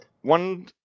One